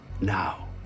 Now